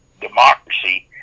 democracy